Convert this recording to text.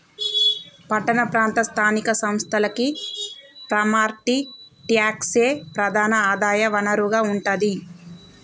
పట్టణ ప్రాంత స్థానిక సంస్థలకి ప్రాపర్టీ ట్యాక్సే ప్రధాన ఆదాయ వనరుగా ఉంటాది